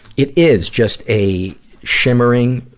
it is just a shimmering,